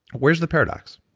where's the paradox?